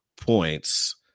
points